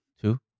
two